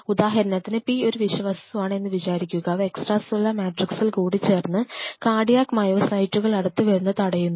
ഉദാഹരണത്തിന് P ഒരു വിഷവസ്തുവാണ് എന്ന് വിചാരിക്കുക അവ എക്സ്ട്രാ സെല്ലുലാർ മാട്രിക്സ്സിൽ കൂടിച്ചേർന്ന് കാർഡിയാക് മയോസൈറ്റുകൾ അടുത്തുവരുന്നത് തടയുന്നു